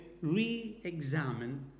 re-examine